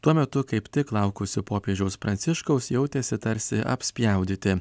tuo metu kaip tik laukusių popiežiaus pranciškaus jautėsi tarsi apspjaudyti